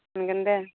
जागोन दे